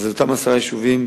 אז לגבי אותם עשרה יישובים,